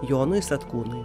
jonui satkūnui